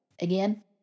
Again